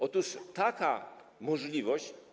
Otóż taka możliwość.